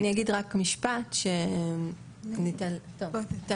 בוקר